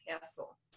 Castle